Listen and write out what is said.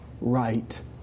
right